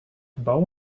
bow